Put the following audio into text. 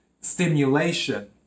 stimulation